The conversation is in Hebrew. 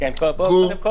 צרכים?